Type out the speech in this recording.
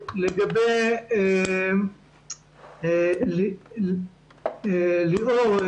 לגבי ליאור,